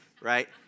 right